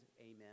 amen